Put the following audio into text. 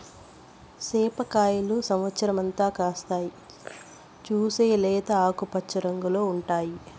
సేప కాయలు సమత్సరం అంతా కాస్తాయి, చూసేకి లేత ఆకుపచ్చ రంగులో ఉంటాయి